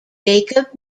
jacob